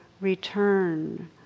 return